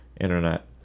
internet